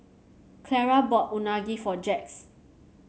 Clara bought Unagi for Jax